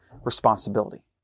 responsibility